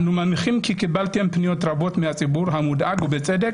אנו מניחים כי קיבלתם פניות רבות מהציבור המודאג ובצדק,